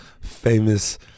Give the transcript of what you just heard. famous